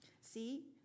See